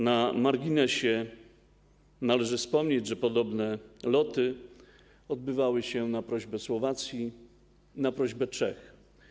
Na marginesie należy wspomnieć, że podobne loty odbywały się na prośbę Słowacji i Czech.